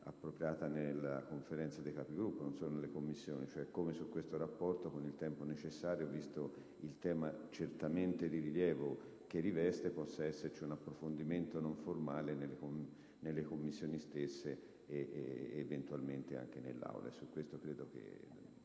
appropriata in sede di Conferenza dei Capigruppo, e non solo nelle Commissioni, il modo in cui su questo rapporto, con il tempo necessario, visto il tema certamente di rilievo che riveste, possa esservi un approfondimento non formale nelle Commissioni stesse e, eventualmente, in Aula. Su questo tema,